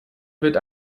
wird